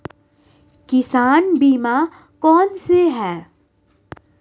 किसान बीमा कौनसे हैं?